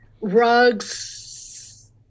rugs